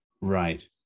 Right